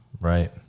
Right